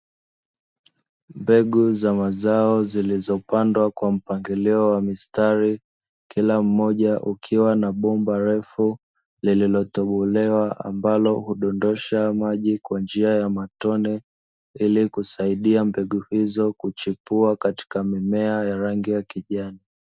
Mbegu za mazao zilizopandwa kwa mpangilio wa mistari kila mmoja ukiwa na bomba refu, lililotobolewa ambalo hudondosha maji kwa njia ya matone ili kusaidia mbegu hizo kuchipua katika mimea ya rangi ya kijani.